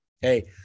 hey